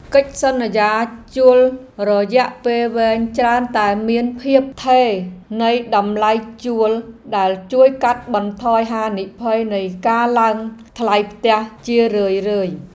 កិច្ចសន្យាជួលរយៈពេលវែងច្រើនតែមានភាពថេរនៃតម្លៃជួលដែលជួយកាត់បន្ថយហានិភ័យនៃការឡើងថ្លៃផ្ទះជារឿយៗ។